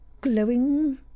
glowing